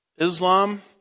Islam